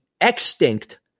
extinct